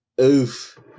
Oof